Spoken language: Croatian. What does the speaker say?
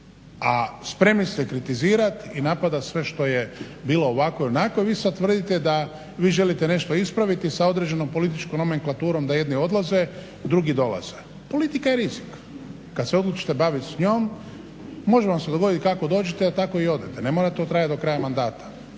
A spremni ste kritizirati i napadati sve što je bilo ovako ili onako, a vi sada tvrdite da vi želite nešto ispraviti sa određenom političkom moneklaturom da jedni odlaze drugi dolaze. Politika je rizik. Kada se odlučite baviti s njom može vam se dogoditi kako dođete da tako i odete, ne mora to trajati do kraja mandata